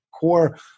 core